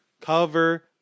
cover